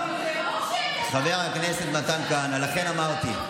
לכן אמרתי,